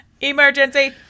emergency